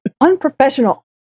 Unprofessional